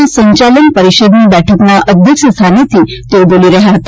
ના સંચાલન પરિષદની બેઠકના અધ્યક્ષસ્થાનેથી તેઓ બોલી રહ્યા હતા